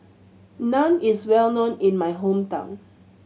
naan is well known in my hometown